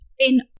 in-